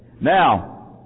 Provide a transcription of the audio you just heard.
Now